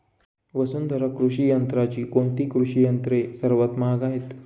वसुंधरा कृषी यंत्राची कोणती कृषी यंत्रे सर्वात महाग आहेत?